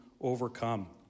overcome